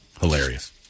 Hilarious